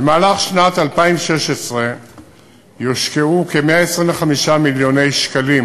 במהלך שנת 2016 יושקעו כ-125 מיליוני שקלים